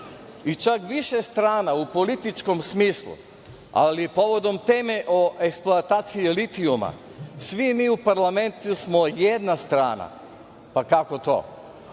i čak više strana u političkom smislu, ali povodom teme o eksploataciji litijuma, svi mi u parlamentu smo jedna strana. Kako to? To